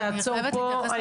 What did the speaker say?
תעצור פה.